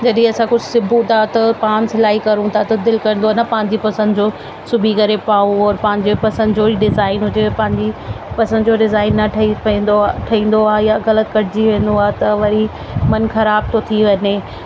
जॾहिं असां कुझु सिबू था त पाण सिलाई कयूं था त दिलि कंदो आहे की पंहिंजी पसंदि जो सिबी करे पायूं और पंहिंजे पसंदि जो ई डिज़ाइन हुजे पंहिंजी पसंदि जो डिज़ाइन न ठही पवंदो आहे ठहींदो आहे या ग़लति कटिजी वेंदो आहे त वरी मनु ख़राब थो थी वञे